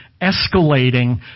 escalating